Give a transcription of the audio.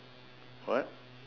what